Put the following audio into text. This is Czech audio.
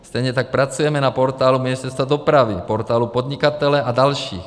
Stejně tak pracujeme na Portálu Ministerstva dopravy, Portálu podnikatele a dalších.